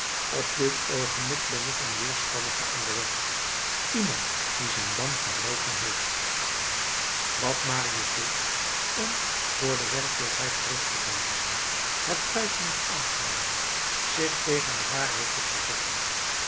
op dit oogenblik ben ik een wederspannige aan de wet iemand die zijn ban verbroken heeft wat marius deed om voor de werkelijkheid terug te deinzen het feit niet aan te nemen zich tegen de waarheid te verzetten